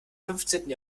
fünfzehnten